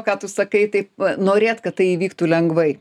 ką tu sakai taip norėt kad tai įvyktų lengvai